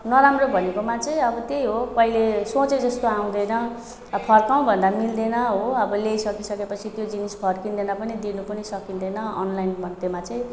नराम्रो भनेकोमा चाहिँ अब त्यही हो अब पहिले सोचे जस्तो आउँदैन अब फर्काउ भन्दा मिल्दैन हो अब ल्याइसकी सकेपछि त्यो जिनिस फर्किँदैन पनि दिनु पनि सकिँदैन अनलाइनमा त्योमा चाहिँ